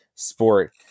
sport